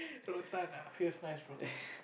ah feels nice bro